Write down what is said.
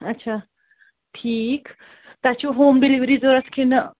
اچھا ٹھیٖک تۄہہِ چھُو ہوم ڈِلؤری ضوٚرَتھ کِنہٕ